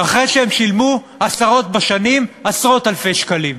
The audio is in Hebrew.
אחרי שהם שילמו עשרות בשנים עשרות אלפי שקלים.